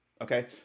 okay